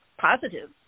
positive